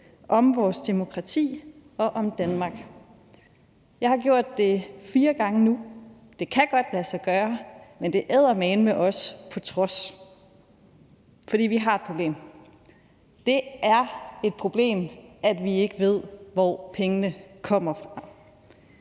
om vores demokrati og om Danmark. Jeg har gjort det fire gange nu, og det kan godt lade sig gøre, men det er eddermame også på trods, for vi har et problem. Det er et problem, at vi ikke ved, hvor pengene kommer fra.